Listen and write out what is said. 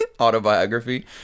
autobiography